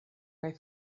kaj